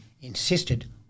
insisted